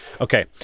Okay